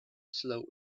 slowly